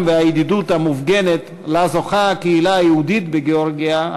והידידות המופגנת אשר הקהילה היהודית בגאורגיה זוכה להם,